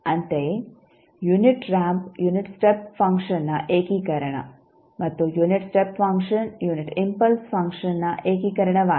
ಅಂತೆಯೇ unit ramp unit step ಫಂಕ್ಷನ್ನ ಏಕೀಕರಣ ಮತ್ತು unit step function unit impulse ಫಂಕ್ಷನ್ನ ಏಕೀಕರಣವಾಗಿದೆ